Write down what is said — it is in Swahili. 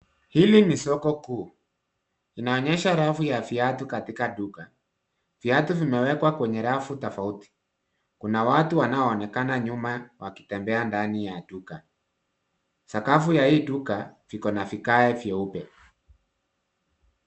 Hili ni soko kuu. Inaonyesha rafu ya viatu katika duka. Viatu zimewekwa kwenye rafu tofauti. Kuna watu wanaoonekana nyuma wakitembea ndani ya duka. Sakafu ya hii duka iko na vigae vyeupe.